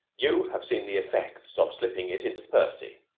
you have seen the effects of slipping it into percy.